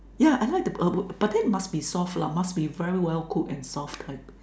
yeah I like the p~ uh p~ but then must be soft lah must be very well cooked and soft type